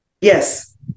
Yes